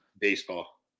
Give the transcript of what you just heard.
Baseball